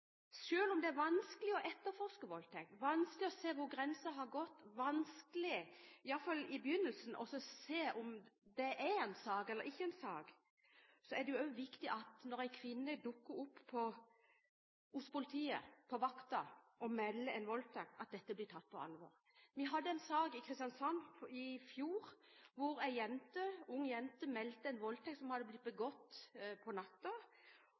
om det er vanskelig å etterforske voldtekt, vanskelig å se hvor grensen har gått, og vanskelig – i hvert fall i begynnelsen – å se om det er en sak eller om det ikke er en sak, er det viktig at det blir tatt på alvor når en kvinne dukker opp hos politiet og melder en voldtekt. Vi hadde en sak i Kristiansand i fjor hvor en ung jente meldte en voldtekt som hadde blitt